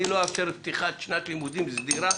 אני לא אאפשר פתיחת שנת לימודים סדירה,